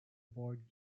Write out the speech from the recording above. board